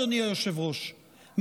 אדוני היושב-ראש,